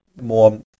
more